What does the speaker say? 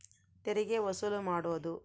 ತೆರಿಗೆ ವಸೂಲು ಮಾಡೋದು